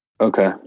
Okay